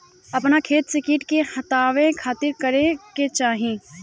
अपना खेत से कीट के हतावे खातिर का करे के चाही?